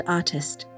artist